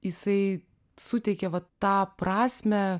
jisai suteikė vat tą prasmę